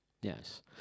yes